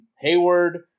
Hayward